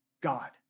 God